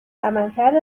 عملکرد